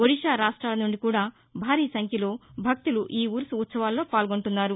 ఒడిషా రాష్ట్రాల నుండి కూడా భారీ సంఖ్యలో భక్తులు ఈ ఉరుసు ఉత్సవాల్లో పాల్గొంటున్నారు